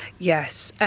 yes,